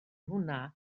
hwnna